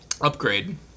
Upgrade